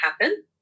happen